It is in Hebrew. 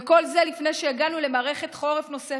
וכל זה לפני שהגענו למערכת חורף נוספת,